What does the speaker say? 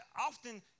often